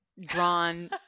drawn